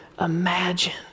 imagine